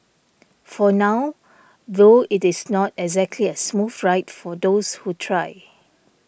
for now though it is not exactly a smooth ride for those who try